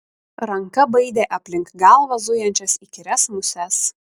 ranka baidė aplink galvą zujančias įkyrias muses